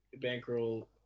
Bankroll